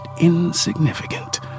insignificant